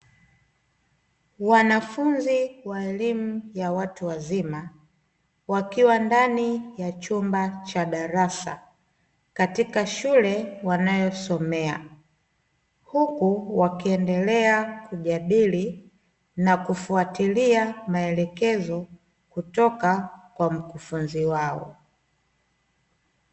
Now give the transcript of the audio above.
Wanafunzi wa elimu ya watu wazima, wakiwa ndani ya chumba cha darasa, katika shule wanayosomea, huku wakiendelea kujadili na kufuatilia maelekezo kutoka kwa mkufunzi wao.